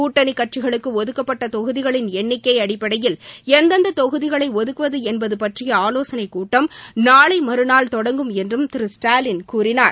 கூட்டணி கட்சிகளுக்கு ஒதுக்கப்பட்ட தொகுதிகளின் எண்ணிக்கை அடிப்படையில் எந்தெந்த தொகுதிகளை ஒதுக்குவது என்பது பற்றிய ஆலோசனைக்கூட்டம் நாளை மறுநாள் தொடங்கும் என்றும் திரு ஸ்டாலின் கூறினார்